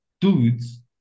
dudes